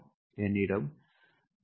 என்னிடம் 0